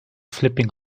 flipping